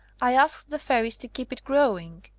i asked the fairies to keep it growing.